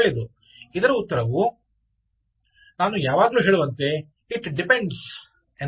ಒಳ್ಳೆಯದು ಇದರ ಉತ್ತರವು ನಾನು ಯಾವಾಗಲೂ ಹೇಳುವಂತೆ "ಇಟ್ ಡಿಪೆಂಡ್ಸ್" ಎಂದು ಆಗಿದೆ